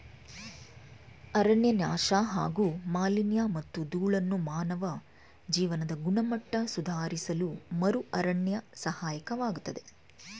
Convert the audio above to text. ಅರಣ್ಯನಾಶ ಹಾಗೂ ಮಾಲಿನ್ಯಮತ್ತು ಧೂಳನ್ನು ಮಾನವ ಜೀವನದ ಗುಣಮಟ್ಟ ಸುಧಾರಿಸಲುಮರುಅರಣ್ಯ ಸಹಾಯಕವಾಗ್ತದೆ